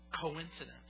coincidence